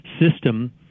system